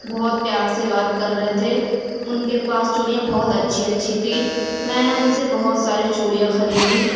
بہت پیار سے بات کر رہے تھے ان کے پاس چوڑیاں بہت اچھی اچھی تھیں میں نے ان سے بہت ساری چوڑیاں خریدیں